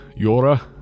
Yora